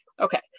Okay